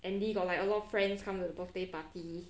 andy got like a lot of friends come to the birthday party